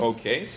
Okay